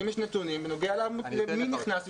האם יש נתונים בנוגע למי נכנס?